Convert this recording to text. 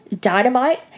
Dynamite